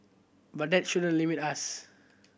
but that shouldn't limit us